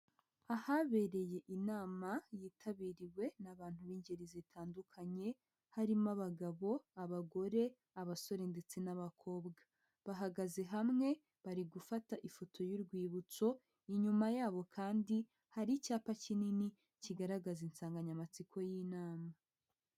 Ahabereye inama yitabiriwe n'abantu b'ingeri zitandukanye, harimo abagabo, abagore, abasore ndetse n'abakobwa, bahagaze hamwe bari gufata ifoto y'urwibutso, inyuma yabo kandi hari icyapa kinini kigaragaza insanganyamatsiko y'inama.